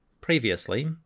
Previously